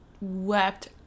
wept